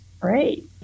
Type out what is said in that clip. Great